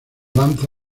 lanza